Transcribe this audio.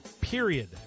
period